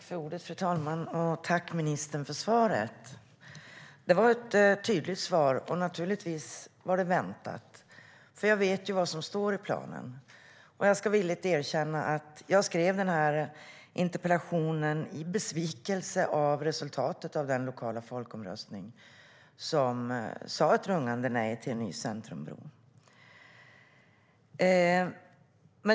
Fru talman! Jag tackar ministern för svaret. Det var ett tydligt svar, och naturligtvis var det väntat. Jag vet nämligen vad som står i planen. Jag ska villigt erkänna att jag skrev interpellationen i besvikelse över resultatet i den lokala folkomröstningen, där det alltså blev ett rungande nej till en ny centrumbro.